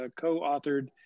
co-authored